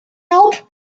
help